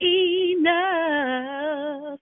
enough